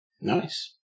Nice